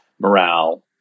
morale